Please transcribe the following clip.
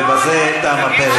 ובזה תם הפרק.